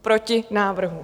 Proti návrhu.